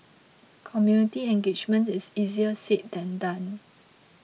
community engagement is easier said than done